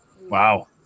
Wow